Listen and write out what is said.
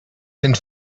dents